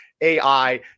AI